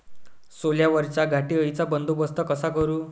सोल्यावरच्या घाटे अळीचा बंदोबस्त कसा करू?